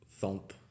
thump